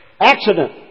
Accident